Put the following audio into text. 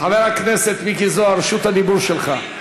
חבר הכנסת מיקי זוהר, רשות הדיבור שלך.